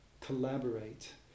collaborate